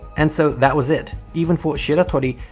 and so that was it. even for shiratori,